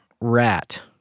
rat